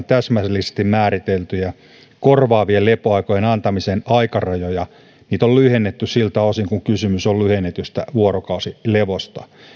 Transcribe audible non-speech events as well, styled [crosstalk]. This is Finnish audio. [unintelligible] täsmällisesti määriteltyjä korvaavien lepoaikojen antamisen aikarajoja on lyhennetty siltä osin kuin kysymys on lyhennetystä vuorokausilevosta